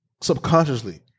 subconsciously